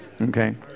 okay